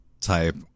type